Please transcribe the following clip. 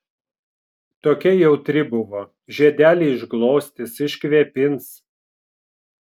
tokia jautri buvo žiedelį išglostys iškvėpins